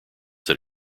that